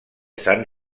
sant